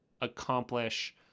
accomplish